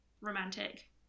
romantic